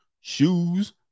shoes